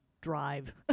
Drive